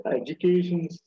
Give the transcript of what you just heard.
education